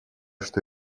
что